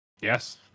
Yes